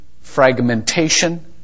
fragmentation